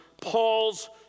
Paul's